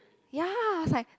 ya I was like